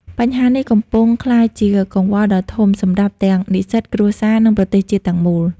បញ្ហានេះកំពុងក្លាយជាកង្វល់ដ៏ធំសម្រាប់ទាំងនិស្សិត គ្រួសារ និងប្រទេសជាតិទាំងមូល។